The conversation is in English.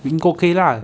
ringko okay lah